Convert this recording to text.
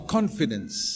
confidence